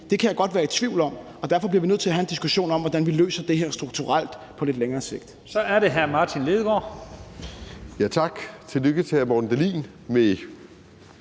Det kan jeg godt være i tvivl om, og derfor bliver vi nødt til at have en diskussion om, hvordan vi løser det her strukturelt på lidt længere sigt. Kl. 11:02 Første næstformand (Leif Lahn Jensen): Så er det hr. Martin Lidegaard.